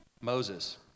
Moses